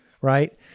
right